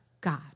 God